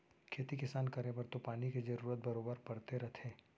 खेती किसान करे बर तो पानी के जरूरत बरोबर परते रथे